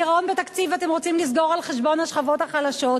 ואת הגירעון בתקציב אתם רוצים לסגור על חשבון השכבות החלשות.